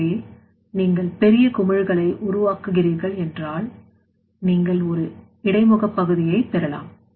எனவே நீங்கள் பெரிய குமிழ்களை உருவாக்குகிறீர்கள் என்றால் நீங்கள் ஒரு இடைமுக பகுதியை பெறலாம்